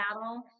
battle